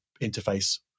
interface